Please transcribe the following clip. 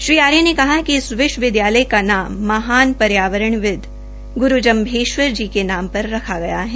श्री आर्य ने कहा कि इस विश्वविदयालय का नाम महान पर्यावरणबिदध गुरू जम्भेश्वर जी के नाम पर रखा गया है